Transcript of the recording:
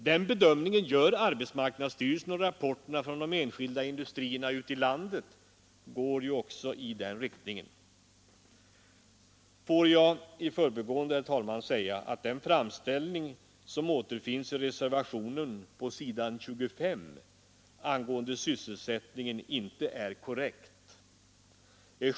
Den bedömningen gör arbetsmarknadsstyrelsen, och rapporterna från de enskilda industrierna ute i landet går ju också i den riktningen. Får jag i förbigående, herr talman, säga att den framställning som återfinns i reservationen på s.25 angående sysselsättningen inte är korrekt.